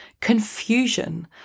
confusion